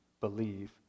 believe